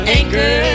anchor